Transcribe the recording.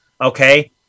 Okay